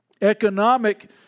economic